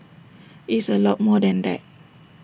IT is A lot more than that